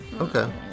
Okay